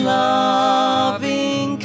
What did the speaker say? loving